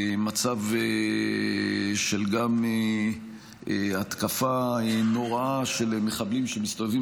מצב של התקפה נוראה של מחבלים שמסתובבים